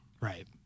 Right